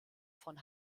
von